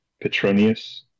Petronius